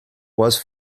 was